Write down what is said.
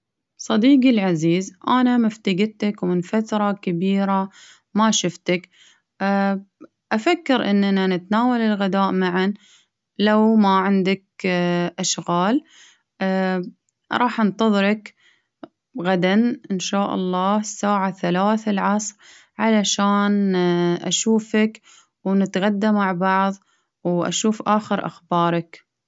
صديقي العزيز أنا مفتقدتك، ومن فترة كبيرة ما شفتك أفكر إننا نتناول الغداء معا لو ما عندك أشغال، راح أنتظرك غدا ان شاء الله الساعة ثلاث العصر، علشان أشوفك ونتغدى مع بعض، وأشوف آخر أخبارك.